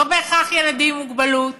לא בהכרח ילדים עם מוגבלות,